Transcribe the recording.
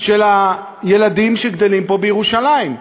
הילדים שגדלים פה בירושלים?